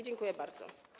Dziękuję bardzo.